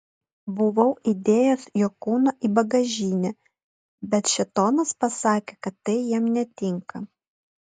buvau įdėjęs jo kūną į bagažinę bet šėtonas pasakė kad tai jam netinka